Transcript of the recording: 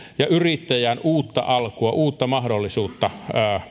ja yrittäjän uutta alkua uutta mahdollisuutta